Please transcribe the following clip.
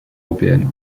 européennes